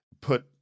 Put